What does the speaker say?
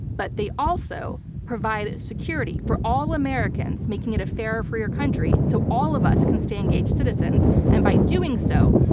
but they also provide security for all americans making it a fair, freer freer country so all of us can stay engaged citizens, and by doing so,